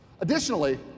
Additionally